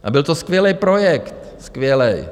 A byl to skvělý projekt, skvělý.